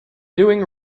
doing